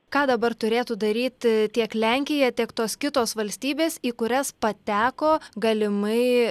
ką dabar turėtų daryti tiek lenkija tiek tos kitos valstybės į kurias pateko galimai